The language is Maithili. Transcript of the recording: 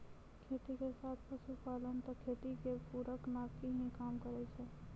खेती के साथ पशुपालन त खेती के पूरक नाकी हीं काम करै छै